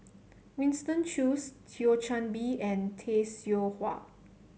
Winston Choos Thio Chan Bee and Tay Seow Huah